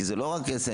כי זה לא רק סנדוויץ',